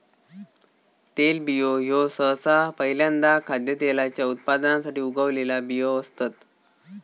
तेलबियो ह्यो सहसा पहील्यांदा खाद्यतेलाच्या उत्पादनासाठी उगवलेला बियो असतत